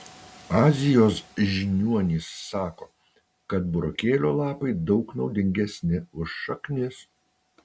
azijos žiniuonys sako kad burokėlio lapai daug naudingesni už šaknis